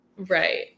Right